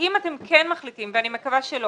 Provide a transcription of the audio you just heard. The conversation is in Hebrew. אם אתם כן מחליטים ואני מקווה שלא